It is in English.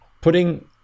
putting